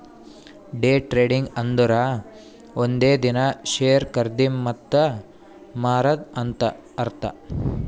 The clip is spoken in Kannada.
ಡೇ ಟ್ರೇಡಿಂಗ್ ಅಂದುರ್ ಒಂದೇ ದಿನಾ ಶೇರ್ ಖರ್ದಿ ಮತ್ತ ಮಾರಾದ್ ಅಂತ್ ಅರ್ಥಾ